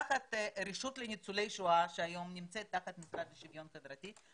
תחת הרשות לניצולי שואה שהיום נמצאת במשרד לשוויון חברתי,